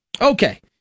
Okay